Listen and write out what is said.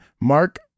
Mark